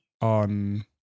on